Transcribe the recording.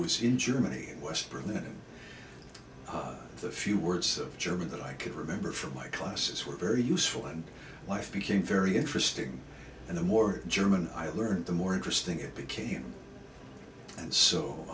was in germany and western that the few words of german that i could remember from my classes were very useful and life became very interesting and the more german i learned the more interesting it became and so